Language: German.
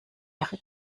ihre